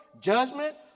judgment